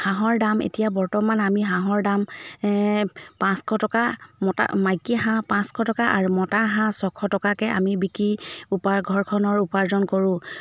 হাঁহৰ দাম এতিয়া বৰ্তমান আমি হাঁহৰ দাম পাঁচশ টকা মতা মাইকী হাঁহ পাঁচশ টকা আৰু মতা হাঁহ ছশ টকাকৈ আমি বিকি উপা ঘৰখনৰ উপাৰ্জন কৰোঁ